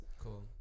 Cool